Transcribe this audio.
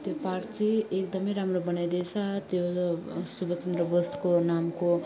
त्यो पार्क चाहिँ एकदम राम्रो बनाइदिएछ त्यो सुभाषचन्द्र बोसको नामको